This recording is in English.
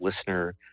listener